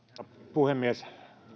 puhemies